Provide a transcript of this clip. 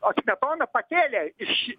o smetona pakėlė iš